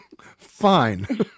Fine